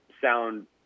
sound